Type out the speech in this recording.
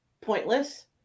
pointless